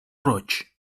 roig